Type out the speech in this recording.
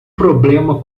problema